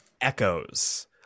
echoes